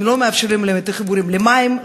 לא מאפשרים להם חיבור למים,